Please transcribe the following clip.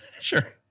Sure